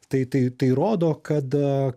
tai tai tai rodo kad